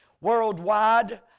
Worldwide